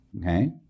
Okay